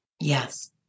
Yes